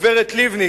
הגברת לבני,